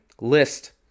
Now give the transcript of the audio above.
list